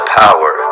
power